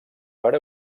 per